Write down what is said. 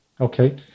Okay